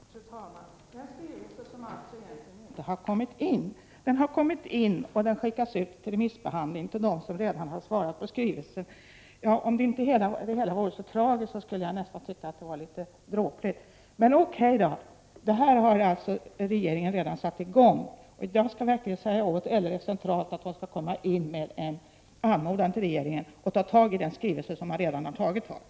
Fru talman! Den skrivelse som alltså egentligen inte kommit in — den har kommit in och skickats ut på remissbehandling till dem som redan har svarat På skrivelsen! Om det inte vore så tragiskt skulle jag nästan tycka att det var dråpligt. 65 Men O.K., regeringen har alltså redan satt i gång. Jag skall verkligen säga åt LRF centralt att komma in med en anmodan till regeringen att ta tag i den skrivelse som regeringen redan har tagit tag i.